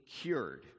cured